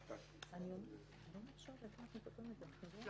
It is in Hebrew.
על ------ א.